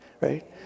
right